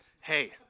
hey